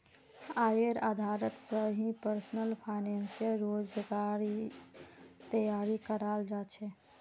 आयेर आधारत स ही पर्सनल फाइनेंसेर योजनार तैयारी कराल जा छेक